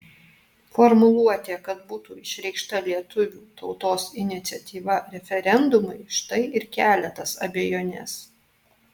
formuluotė kad būtų išreikšta lietuvių tautos iniciatyva referendumui štai ir kelia tas abejones